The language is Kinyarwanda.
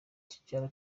tidjara